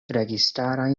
registaraj